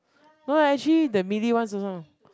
no leh actually the melee ones also